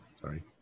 Sorry